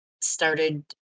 started